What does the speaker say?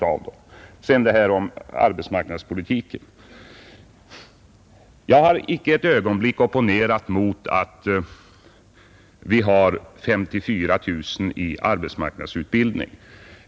Beträffande arbetsmarknadspolitiken har jag icke ett ögonblick opponerat mot att 54 000 personer får arbetsmarknadsutbildning.